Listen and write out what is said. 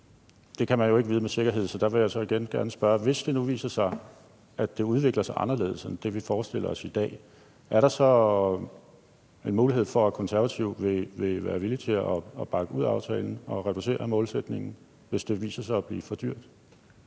det kan man jo ikke vide med sikkerhed, så der vil jeg så igen gerne spørge: Hvis det nu viser sig, at det udvikler sig anderledes end det, vi forestiller os i dag, er der så en mulighed for, at Konservative vil være villig til at bakke ud af aftalen og reducere målsætningen, altså hvis det viser sig at blive for dyrt?